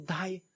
die